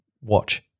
watch